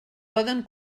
poden